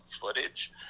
footage